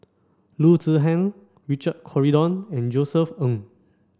Loo Zihan Richard Corridon and Josef Ng